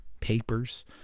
papers